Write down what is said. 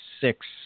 six